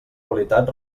qualitat